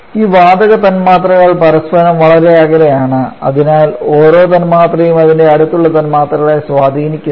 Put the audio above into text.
ഈ വാതക തന്മാത്രകൾ പരസ്പരം വളരെ അകലെയാണ് അതിനാൽ ഓരോ തന്മാത്രയും അതിന്റെ അടുത്തുള്ള തന്മാത്രകളെ സ്വാധീനിക്കുന്നില്ല